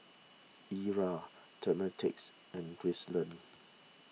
Eura Demetric and Gracelyn